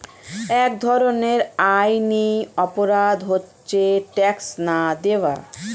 এক ধরনের আইনি অপরাধ হচ্ছে ট্যাক্স না দেওয়া